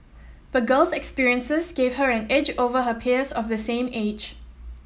the girl's experiences gave her an edge over her peers of the same age